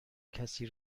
کسی